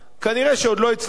כנראה עוד לא הצלחנו,